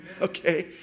Okay